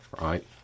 Right